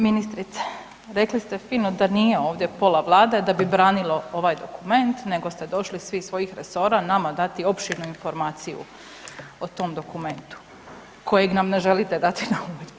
Ministrice rekli ste fino da nije ovdje pola Vlade da bi branilo ovaj dokument, nego ste došli svi iz svojih resora nama dati opširnu informaciju o tom dokumentu kojeg nam ne želite dati na uvid.